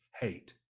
hate